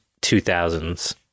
2000s